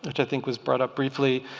which i think was brought up briefly,